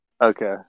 Okay